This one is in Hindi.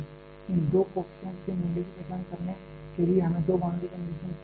इन दो कॉएफिशिएंट्स के मूल्य की पहचान करने के लिए हमें दो बाउंड्री कंडीशंस की आवश्यकता है